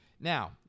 Now